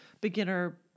beginner